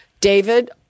David